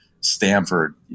Stanford